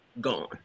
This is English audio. gone